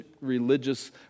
religious